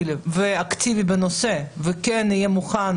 היא צודקת.